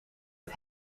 het